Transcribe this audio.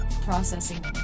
Processing